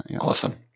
Awesome